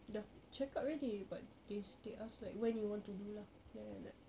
dah check up already but they they ask like when you want to do lah then I like